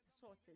sources